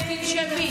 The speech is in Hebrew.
תנשמי.